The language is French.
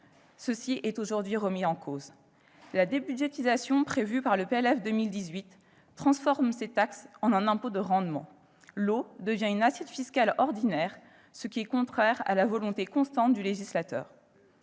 Elle est aujourd'hui remise en cause. La débudgétisation prévue par le projet de loi de finances pour 2018 transforme ces taxes en un impôt de rendement. L'eau devient une assiette fiscale ordinaire, ce qui est contraire à la volonté constante du législateur.